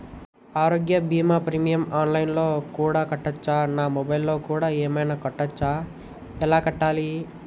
ఆరోగ్య బీమా premium online లో కూడా కట్టచ్చా? నా మొబైల్లో కూడా ఏమైనా కట్టొచ్చా? ఎలా కట్టాలి?